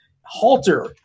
Halter